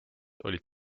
olid